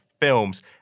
films